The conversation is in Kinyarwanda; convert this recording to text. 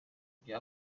bya